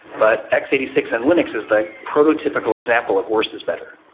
but x eight six and linux is like prototypical example of worse is better,